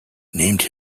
named